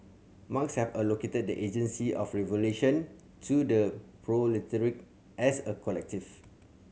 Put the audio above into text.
Marx have allocated the agency of revolution to the proletariat as a collective